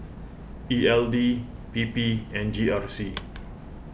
E L D P P and G R C